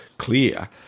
Clear